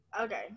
Okay